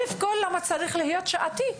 ראשית, למה צריך להיות שכר שעתי?